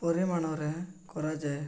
ପରିମାଣରେ କରାଯାଏ